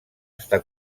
està